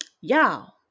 y'all